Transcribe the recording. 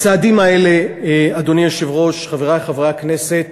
הצעדים האלה, אדוני היושב-ראש, חברי חברי הכנסת,